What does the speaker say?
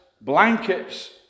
blankets